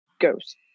ghost